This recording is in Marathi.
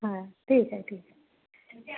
हा ठीक आहे ठीक आहे